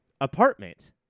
apartment